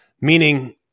meaning